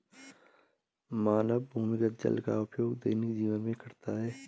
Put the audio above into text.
मानव भूमिगत जल का उपयोग दैनिक जीवन में करता है